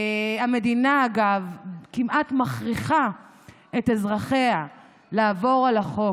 המדינה כמעט מכריחה את אזרחיה לעבור על החוק